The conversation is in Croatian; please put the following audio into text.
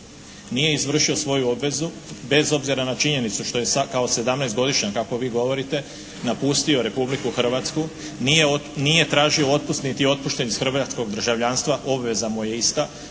Nije izvršio svoju obvezu, bez obzira na činjenicu što je kao 17.-godišnjak kako vi govorite napustio Republiku Hrvatsku, nije tražio otpust niti je otpušten iz hrvatskog državljanstva, obveza mu je ista.